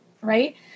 Right